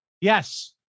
Yes